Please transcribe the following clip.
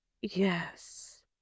Yes